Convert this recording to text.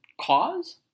cause